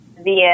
via